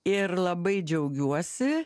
ir labai džiaugiuosi